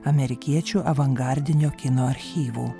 amerikiečių avangardinio kino archyvų